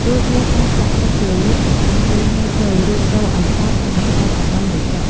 រួចយើងអាចចាក់ទឹកជ្រលក់ដែលបានលាយហើយចូល រួចកូរឱ្យសព្វ និងបន្ថែមអំបិល១ចិប។